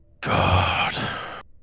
God